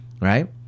right